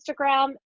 Instagram